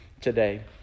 today